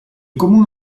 comune